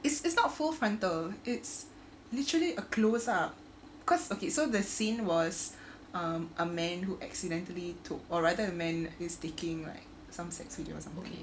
it's not not full frontal it's literally a close up because okay so the scene was um a man who accidentally to or rather a man is taking some sex videos